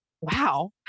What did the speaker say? Wow